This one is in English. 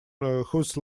whose